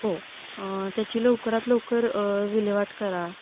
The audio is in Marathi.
हो त्याची लवकरात लवकर विल्हेवाट करा